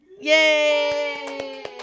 Yay